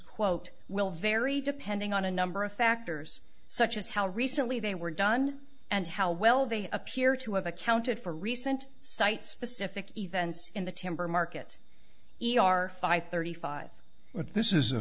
quote will vary depending on a number of factors such as how recently they were done and how well they appear to have accounted for recent site specific events in the timber market e r five thirty five this is a